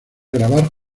grabar